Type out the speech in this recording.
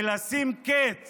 ולשים קץ